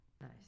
Nice